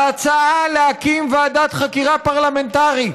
ההצעה להקים ועדת חקירה פרלמנטרית,